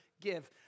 give